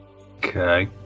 Okay